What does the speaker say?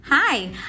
Hi